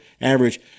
average